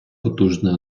потужний